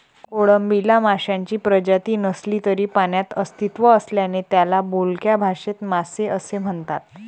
कोळंबीला माशांची प्रजाती नसली तरी पाण्यात अस्तित्व असल्याने त्याला बोलक्या भाषेत मासे असे म्हणतात